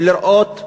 ולראות,